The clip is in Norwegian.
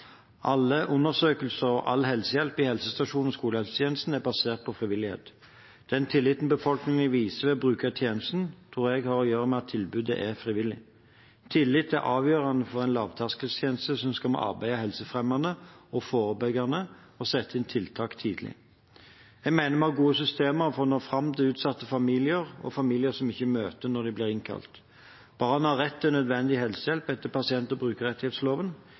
og skolehelsetjenesten er basert på frivillighet. Den tilliten befolkningen viser ved å bruke tjenesten, tror jeg har å gjøre med at tilbudet er frivillig. Tillit er avgjørende for en lavterskeltjeneste som skal arbeide helsefremmende og forebyggende og sette inn tiltak tidlig. Jeg mener vi har gode systemer for å nå fram til utsatte familier og familier som ikke møter når de blir innkalt. Barn har rett til nødvendig helsehjelp etter pasient- og brukerrettighetsloven